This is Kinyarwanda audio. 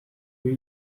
kuri